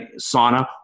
sauna